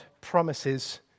promises